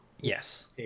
yes